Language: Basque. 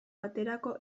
baterako